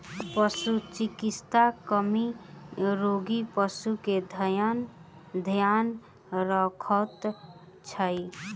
पशुचिकित्सा कर्मी रोगी पशु के ध्यान रखैत अछि